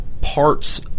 parts